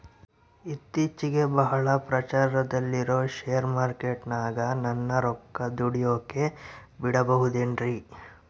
ಇತ್ತೇಚಿಗೆ ಬಹಳ ಪ್ರಚಾರದಲ್ಲಿರೋ ಶೇರ್ ಮಾರ್ಕೇಟಿನಾಗ ನನ್ನ ರೊಕ್ಕ ದುಡಿಯೋಕೆ ಬಿಡುಬಹುದೇನ್ರಿ?